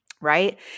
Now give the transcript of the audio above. Right